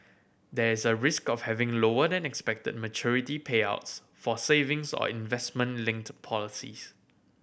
there is a risk of having lower than expected maturity payouts for savings or investment linked policies